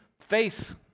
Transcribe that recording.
face